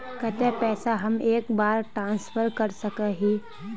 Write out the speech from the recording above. केते पैसा हम एक बार ट्रांसफर कर सके हीये?